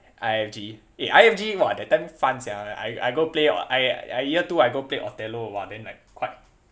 I_F_G eh I_F_G !wah! that time fun sia I I go play I I year two I go play othello !wah! then like quite